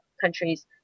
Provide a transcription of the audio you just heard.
countries